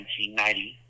1990